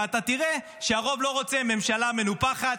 ואתה תראה שהרוב לא רוצה ממשלה מנופחת,